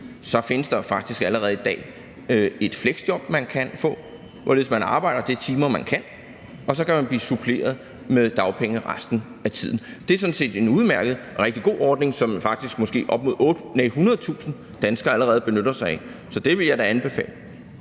findes der faktisk allerede i dag et fleksjob, man kan få, hvor man arbejder de timer, man kan, og så kan man blive suppleret med dagpenge resten af tiden. Det er sådan set en udmærket og rigtig god ordning, som måske op mod 100.000 danskere faktisk allerede benytter sig af. Så det vil jeg da anbefale.